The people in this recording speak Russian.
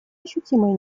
ощутимые